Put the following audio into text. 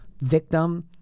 victim